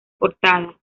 portada